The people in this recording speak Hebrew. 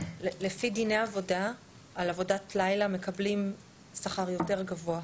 לפי דיני עבודה על עבודת לילה מקבלים שכר יותר גבוה.